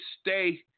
stay